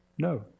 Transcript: No